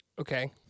Okay